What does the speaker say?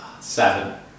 Seven